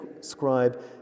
scribe